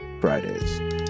fridays